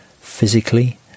Physically